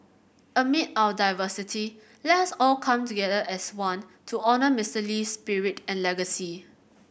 amid our diversity let's all come together as one to honour Mister Lee's spirit and legacy